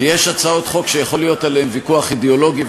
כי יש הצעות חוק שיכול להיות עליהן ויכוח אידיאולוגי,